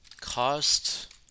Cost